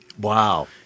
Wow